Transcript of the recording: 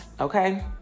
okay